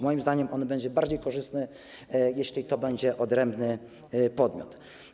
Moim zdaniem będzie bardziej korzystne, jeśli to będzie odrębny podmiot.